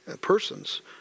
persons